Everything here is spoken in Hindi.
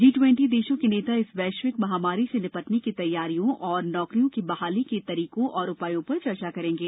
जी ट्वेंटी देशों के नेता इस वैश्विक महामारी से निपटने की तैयारियों और नौकरियों की बहाली के तरीकों और उपायों पर चर्चा करंगे